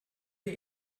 der